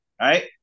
right